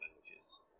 languages